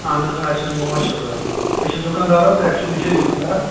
اَہَن حظ آ اسہِ اوس مٲنٛچھ حظ ضروٗرت أسۍ چھِ دُکانٛدار حظ ایٚکچُولی چھِ أسۍ دُکانٛدار